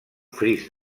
fris